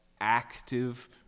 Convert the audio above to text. active